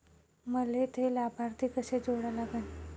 मले थे लाभार्थी कसे जोडा लागन?